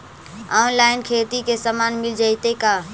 Online खेती के सामान मिल जैतै का?